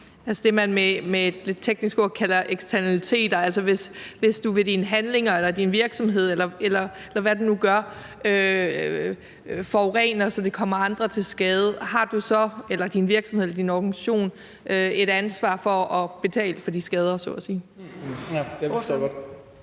det, man med et lidt teknisk ord kalder eksternaliteter, altså at du, hvis du ved dine handlinger eller din virksomhed, eller hvad du nu gør, forurener, så det kommer andre til skade, har du eller din organisation et ansvar for at betale for de skader,